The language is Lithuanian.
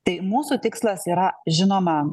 tai mūsų tikslas yra žinoma